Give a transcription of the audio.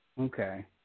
Okay